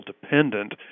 dependent